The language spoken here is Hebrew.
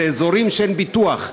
אלה אזורים שאין ביטוח,